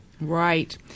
Right